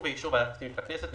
ובאישור ועדת הכספים של הכנסת,